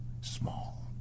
small